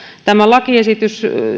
tämä lakiesitys